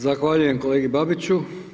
Zahvaljujem kolegi Babiću.